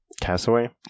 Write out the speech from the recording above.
Castaway